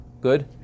Good